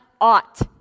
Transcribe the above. ought